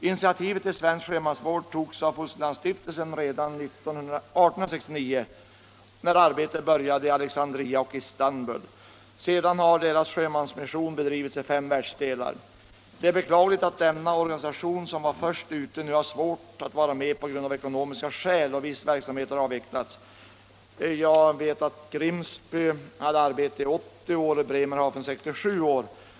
Initiativet till svensk sjömansvård togs av Fosterlandsstiftelsen redan 1869, när arbetet började i Alexandria och Istanbul. Sedan har dess sjömansmission bedrivits i fem världsdelar. Det är beklagligt att denna organisation, som var först ute, nu har svårt att vara med av ekonomiska skäl. Viss verksamhet har avvecklats. Jag vet att det här arbetet upphört i Grimsby efter att ha bedrivits i 80 år och i Bremerhafen efter 67 år.